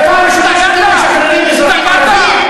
זה פעם ראשונה שאתם משחררים אזרחים ערבים?